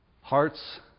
Hearts